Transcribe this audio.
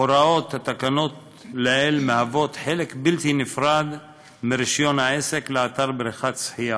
הוראות התקנות לעיל מהוות חלק בלתי נפרד מרישיון העסק לאתר בריכת שחייה.